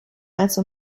also